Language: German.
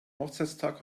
hochzeitstag